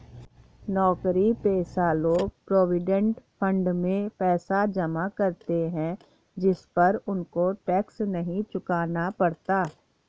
नौकरीपेशा लोग provident fund में पैसा जमा करते है जिस पर उनको टैक्स नहीं चुकाना पड़ता